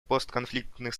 постконфликтных